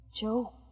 Joe